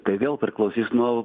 tai vėl priklausys nuo